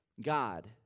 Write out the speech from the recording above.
God